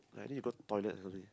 like I need to go toilet something